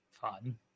fun